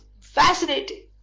fascinating